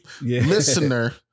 listener